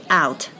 out